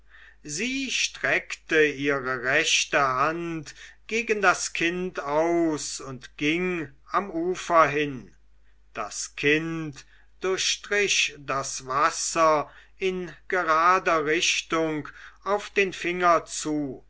sie streckte ihre rechte hand gegen das kind aus und ging am ufer hin das kind durchstrich das wasser in gerader richtung auf den finger zu